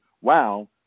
wow